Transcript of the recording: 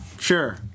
Sure